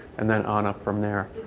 and then, on up from there.